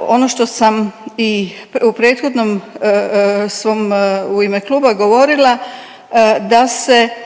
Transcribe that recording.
ono što sam i u prethodnom svom u ime kluba govorila, da se